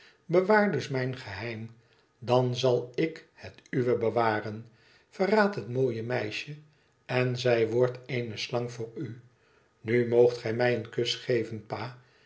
bewaar dus mijn geheim dan zal ik het uwe bewaren verraad het mooie meisje en zij wordt eene slang voor u nu moogt gij mij een kus geven pa